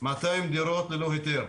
מאתיים דירות ללא היתר.